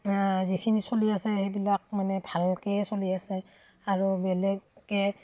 যিখিনি চলি আছে সেইবিলাক মানে ভালকৈ চলি আছে আৰু বেলেগকৈ